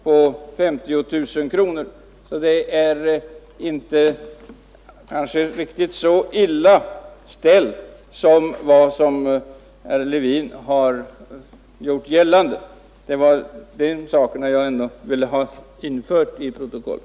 Jag vill därför ha infört i protokollet att det kanske inte är riktigt så illa ställt som herr Levin har gjort gällande.